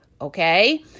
okay